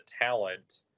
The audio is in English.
talent